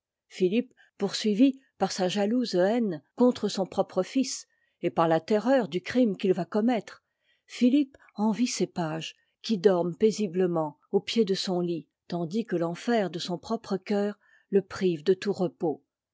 philippe poursuivi ar sa jalouse haine contre son propre fils et par la terreur du crime qu'il va commettre philippe envie ses pages qui dorment paisiblement au pied de son lit tandis que l'enfer de son propre cœur te prive de tout repos